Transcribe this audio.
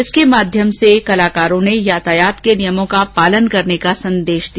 इसके माध्यम से कलाकारों ने यातायात के नियमों का पालन करने का संदेश दिया